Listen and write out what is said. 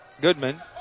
Goodman